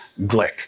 Glick